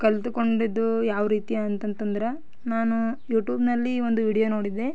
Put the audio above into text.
ಕಲಿತ್ಕೊಂಡಿದ್ದು ಯಾವ ರೀತಿ ಅಂತಂದ್ರೆ ನಾನು ಯೂಟ್ಯೂಬ್ನಲ್ಲಿ ಒಂದು ವಿಡಿಯೋ ನೋಡಿದೆ